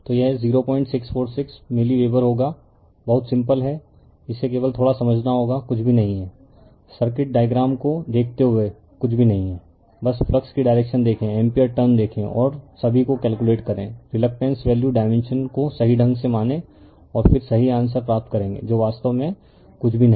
तो यह 0646 milliweber होगा बहुत सिंपल है इसे केवल थोड़ा समझना होगा कुछ भी नहीं है सर्किट डायग्राम को देखते हुए कुछ भी नहीं है बस फ्लक्स की डायरेक्शन देखें एम्पीयर टर्न देखें और सभी को कैलकुलेट करें रिलक्टेंस वैल्यू डायमेंशन को सही ढंग से माने और फिर सही आंसरप्राप्त करेंगे जो वास्तव में कुछ भी नहीं है